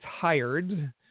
tired